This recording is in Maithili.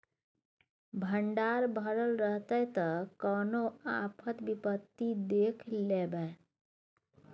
भंडार भरल रहतै त कोनो आफत विपति देख लेबै